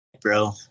bro